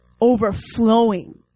Overflowing